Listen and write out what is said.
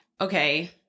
okay